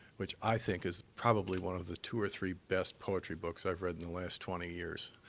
which i think is probably one of the two or three best poetry books i've read in the last twenty years.